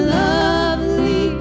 lovely